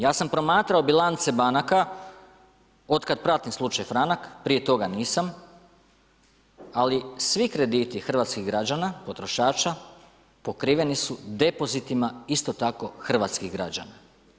Ja sam promatrao bilance banaka od kad pratim slučaj franak, prije toga nisam, ali svi krediti hrvatskih građana, potrošača pokriveni su depozitima isto tako, hrvatskih građana.